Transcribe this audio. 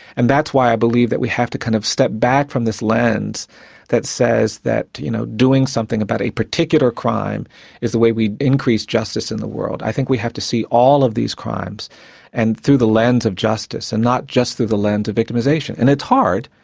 and that's why i believe that we have to kind of step back from this lens that says that, you know, doing something about a particular crime is the way we increase justice in the world. i think we have to see all of these crimes and, through the lens of justice, and not just through the lens of victimisation, and it's hard,